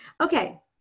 Okay